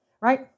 Right